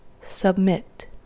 Submit